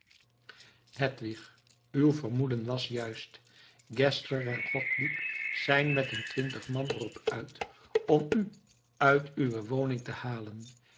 hedwig uw vermoeden was juist geszler en gottlieb zijn met een twintig man er op uit om u uit uwe woning te halen